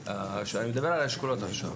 אבל כשאני מדבר על האשכולות עכשיו,